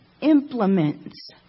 implements